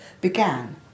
began